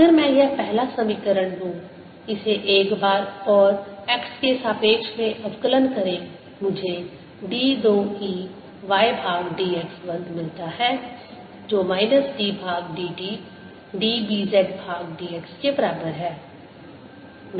अगर मैं यह पहला समीकरण लूँ इसे एक बार ओर x के सापेक्ष में अवकलन करें मुझे d 2 E y भाग dx वर्ग मिलता है जो माइनस d भाग dt d B z भाग dx के बराबर है